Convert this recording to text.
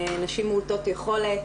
נשים מעוטות יכולת,